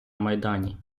майдані